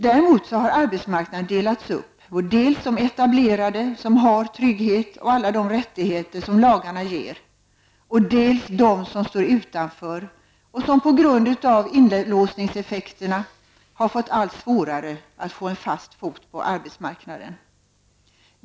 Däremot har arbetsmarknaden delats upp på dels de etablerade som har trygghet och alla de rättigheter som lagarna ger och dels dem som står utanför och som på grund av lagarnas inlåsningseffekter har fått allt svårare att få en fast fot på arbetsmarknaden.